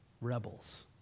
rebels